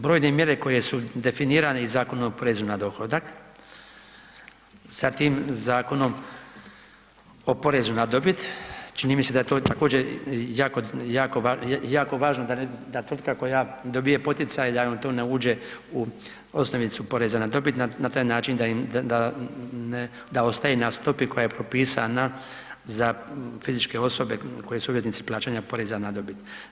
Brojne mjere koje su definirane i Zakonom o porezu na dohodak, sa tim Zakonom o porezu na dobit, čini mi se da je to također jako važno, tvrtka koja dobije poticaj, da joj to ne uđe u osnovicu poreza na dobit na taj način da ostaje na stopi koja je propisana za fizičke osobe koje su obveznici plaćanja poreza na dobit.